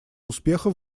успеха